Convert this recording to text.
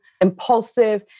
impulsive